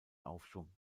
aufschwung